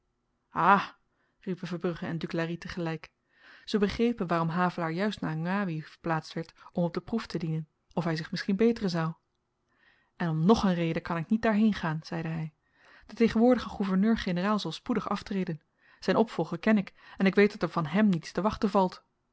ah riepen verbrugge en duclari tegelyk ze begrepen waarom havelaar juist naar ngawi verplaatst werd om op de proef te dienen of hy zich misschien beteren zou en om ng een reden kan ik niet daarheen gaan zeide hy de tegenwoordige gouverneur-generaal zal spoedig aftreden zyn opvolger ken ik en ik weet dat er van hem niets te wachten valt